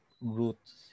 roots